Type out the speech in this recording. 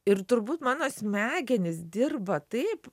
ir turbūt mano smegenys dirba taip